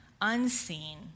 unseen